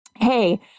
hey